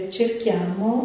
cerchiamo